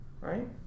Right